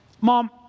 mom